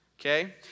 okay